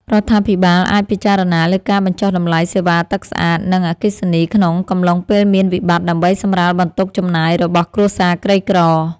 រដ្ឋាភិបាលអាចពិចារណាលើការបញ្ចុះតម្លៃសេវាទឹកស្អាត និងអគ្គិសនីក្នុងកំឡុងពេលមានវិបត្តិដើម្បីសម្រាលបន្ទុកចំណាយរបស់គ្រួសារក្រីក្រ។